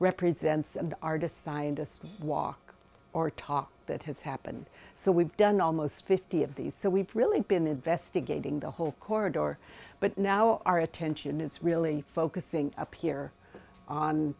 represents artists scientists walk or talk that has happened so we've done almost fifty of these so we've really been investigating the whole corridor but now our attention is really focusing